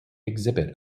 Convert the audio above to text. exhibit